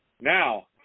Now